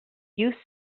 you